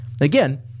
Again